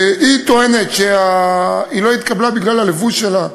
היא טוענת שהיא לא התקבלה למשרה בגלל הלבוש שלה.